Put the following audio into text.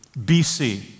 BC